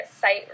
site